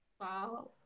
Wow